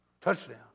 touchdown